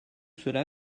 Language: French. cela